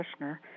Kushner